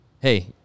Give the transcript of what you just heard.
Hey